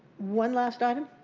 one last item?